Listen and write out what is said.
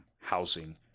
housing